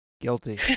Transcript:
guilty